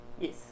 Yes